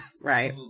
Right